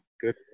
Good